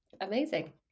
Amazing